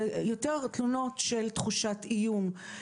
אלה יותר תלונות של תחושת איום,